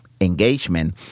engagement